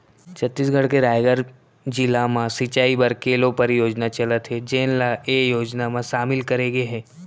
छत्तीसगढ़ के रायगढ़ जिला म सिंचई बर केलो परियोजना चलत हे जेन ल ए योजना म सामिल करे गे हे